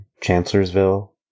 Chancellorsville